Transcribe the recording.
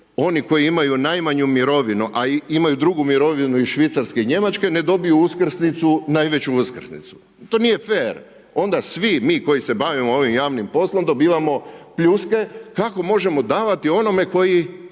oni koji imaju najmanju mirovinu, a imaju drugu mirovinu iz Švicarske i Njemačke ne dobiju najveću uskrsnicu. To nije fer. Onda svi mi koji se bavimo ovim javnim poslom dobivamo pljuske, kako možemo davati onome koji